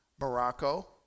Morocco